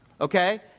Okay